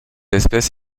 espèce